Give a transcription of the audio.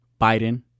Biden